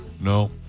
No